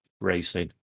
racing